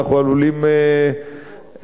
ואנחנו עלולים ליפול.